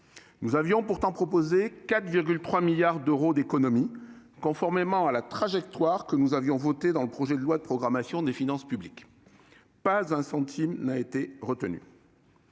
Nous avions pourtant proposé 4,3 milliards d'euros d'économies, conformément à la trajectoire que nous avions votée dans le projet de loi de programmation des finances publiques pour les années